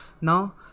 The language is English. Now